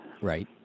Right